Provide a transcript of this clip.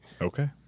Okay